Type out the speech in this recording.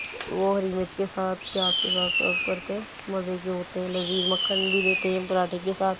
وہ وہ ہری مرچ کے ساتھ پیاز کے ساتھ سرو کرتے ہیں مزے کے ہوتے ہیں لذیذ مکھن بھی دیتے ہیں پراٹھے کے ساتھ